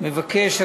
מבקש,